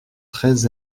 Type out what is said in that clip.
très